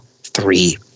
three